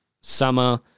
summer